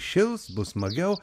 šils bus smagiau